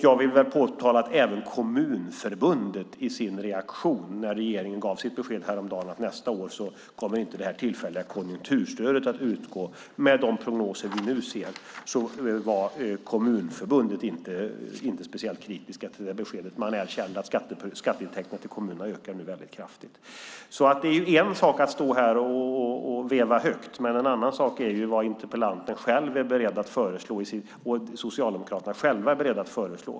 Jag vill även peka på Kommunförbundets reaktion när regeringen häromdagen gav sitt besked att detta tillfälliga konjunkturstöd inte kommer att utgå nästa år, med de prognoser vi nu ser. Kommunförbundet var inte speciellt kritiskt till det beskedet. Man erkände att skatteintäkterna för kommunerna nu ökar väldigt kraftigt. Det är en sak att stå här och veva högt, men en annan sak är vad interpellanten och Socialdemokraterna själva är beredda att föreslå.